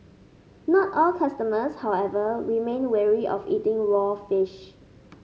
not all customers however remain wary of eating raw fish